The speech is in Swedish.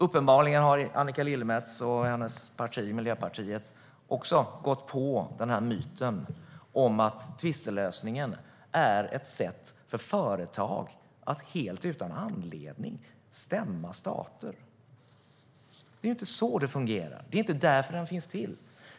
Uppenbarligen har Annika Lillemets och hennes parti, Miljöpartiet, också gått på myten att tvistlösningen är ett sätt för företag att helt utan anledning stämma stater. Det är inte så det fungerar. Det är inte därför den finns till.